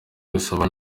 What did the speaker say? gusaba